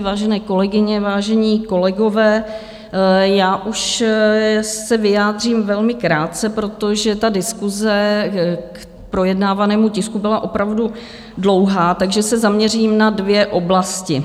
Vážené kolegyně, vážení kolegové, já už se vyjádřím velmi krátce, protože diskuse k projednávanému tisku byla opravdu dlouhá, takže se zaměřím na dvě oblasti.